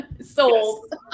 sold